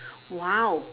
!wow!